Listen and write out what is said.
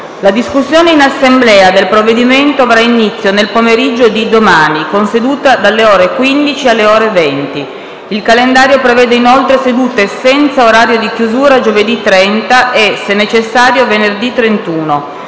La discussione in Assemblea del decreto-legge sblocca cantieri avrà inizio nel pomeriggio di domani, con seduta dalle ore 15 alle ore 20. Il calendario prevede inoltre sedute senza orario di chiusura giovedì 30 e, se necessario, venerdì 31.